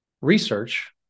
research